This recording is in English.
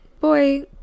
boy